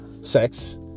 sex